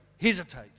hesitate